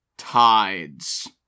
Tides